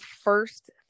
first